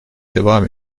devam